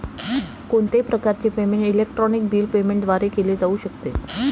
कोणत्याही प्रकारचे payment electronic bill payment द्वारे केले जाऊ शकते